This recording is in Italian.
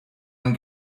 and